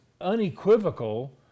unequivocal